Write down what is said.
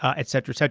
ah etc. so